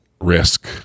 risk